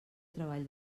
treball